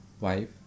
wife